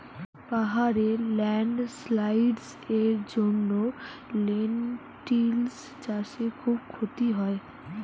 পাহাড়ে ল্যান্ডস্লাইডস্ এর জন্য লেনটিল্স চাষে খুব ক্ষতি হয়